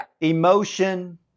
Emotion